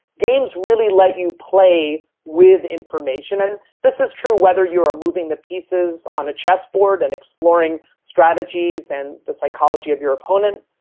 games really let you play with information, and this is true whether you're moving the pieces on a chessboard and exploring strategies and the psychology of your opponent,